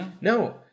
No